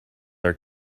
are